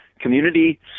community